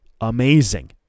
amazing